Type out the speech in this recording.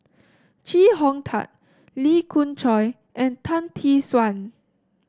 Chee Hong Tat Lee Khoon Choy and Tan Tee Suan